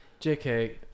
jk